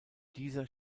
dieser